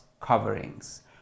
coverings